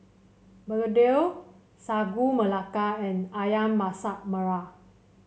begedil Sagu Melaka and ayam Masak Merah